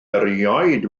erioed